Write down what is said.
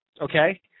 Okay